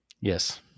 Yes